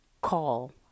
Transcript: call